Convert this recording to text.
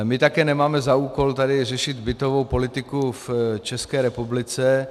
My také nemáme za úkol tady řešit bytovou politiku v České republice.